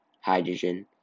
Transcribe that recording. hydrogen